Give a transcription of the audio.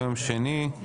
היום יום שני,